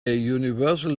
universal